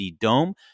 dome